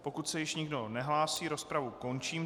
Pokud se již nikdo nehlásí, rozpravu končím.